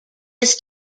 this